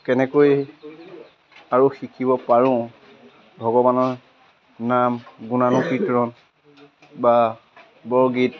কেনেকৈ আৰু শিকিব পাৰোঁ ভগৱানৰ নাম গুণানুকীৰ্তন বা বৰগীত